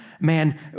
man